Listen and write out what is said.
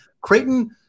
Creighton